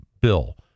bill